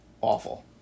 Awful